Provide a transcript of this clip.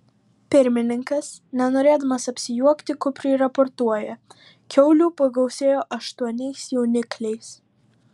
pirmininkas nenorėdamas apsijuokti kupriui raportuoja kiaulių pagausėjo aštuoniais jaunikliais